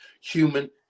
human